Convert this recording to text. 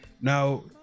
Now